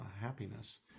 happiness